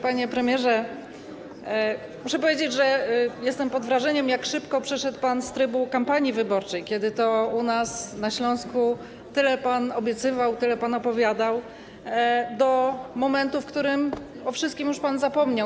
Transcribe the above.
Panie premierze, muszę powiedzieć, że jestem pod wrażeniem, jak szybko przeszedł pan z trybu kampanii wyborczej - kiedy to u nas, na Śląsku, tyle pan obiecywał, tyle pan opowiadał - do momentu, w którym o wszystkim już pan zapomniał.